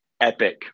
epic